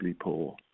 poor